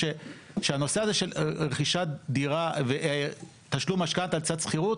שהנושא הזה של רכישת דירה ותשלום משכנתא לצד שכירות,